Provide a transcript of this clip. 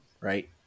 right